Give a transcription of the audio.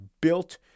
built